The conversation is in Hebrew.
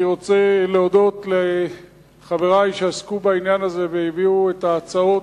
אני רוצה להודות לחברי שעסקו בעניין הזה והביאו את ההצעות: